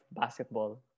basketball